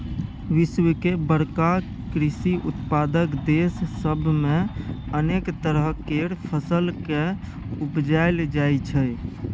विश्व के बड़का कृषि उत्पादक देस सब मे अनेक तरह केर फसल केँ उपजाएल जाइ छै